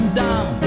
down